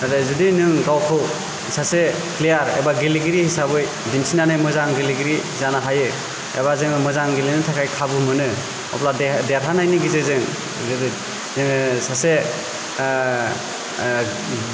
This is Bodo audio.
आरो जुदि नों गावखौ सासे प्लेयार एबा गेलेगिरि हिसाबै दिनथिनानै मोजां गेलेगिरि जानो हायो एबा मोजां गेलेनो थाखाय खाबु मोनो अब्ला देरहानायनि गेजेरजों जोङो सासे